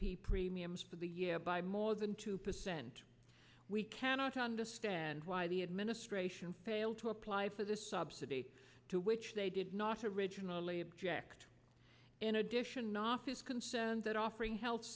p premiums for the year by more than two percent we cannot understand why the administration failed to apply for the subsidy to which they did not originally object in addition knox is concerned that offering he